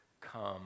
come